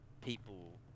people